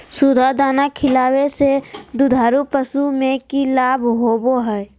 सुधा दाना खिलावे से दुधारू पशु में कि लाभ होबो हय?